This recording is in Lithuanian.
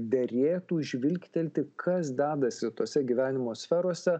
derėtų žvilgtelti kas dedasi tose gyvenimo sferose